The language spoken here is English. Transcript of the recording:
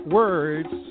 words